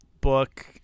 book